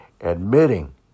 admitting